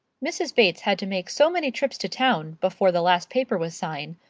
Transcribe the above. mrs. bates had to make so many trips to town, before the last paper was signed,